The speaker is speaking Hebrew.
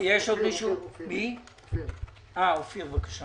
אופיר, בבקשה.